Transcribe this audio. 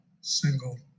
single